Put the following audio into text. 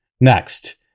Next